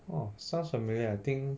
orh sounds familiar I think